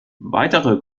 weitere